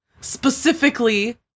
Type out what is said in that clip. specifically